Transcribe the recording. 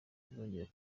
azongera